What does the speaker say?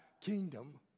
kingdom